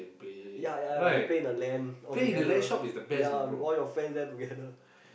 ya ya ya like play the land altogether ya all your friends land together